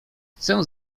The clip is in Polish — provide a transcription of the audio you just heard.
chcę